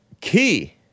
key